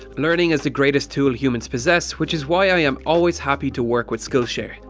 learning is the greatest tool humans possess, which is why i am always happy to work with skillshare.